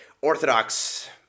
orthodox